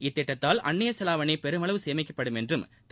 இத்திட்டத்தால் அன்னியச் செலாவணி பெருமளவு சேமிக்கப்படும் என்றும் திரு